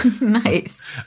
Nice